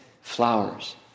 flowers